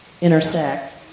intersect